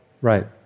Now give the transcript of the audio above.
Right